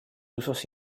usos